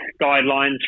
guidelines